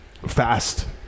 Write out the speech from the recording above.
fast